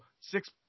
six